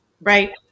right